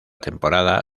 temporada